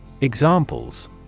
Examples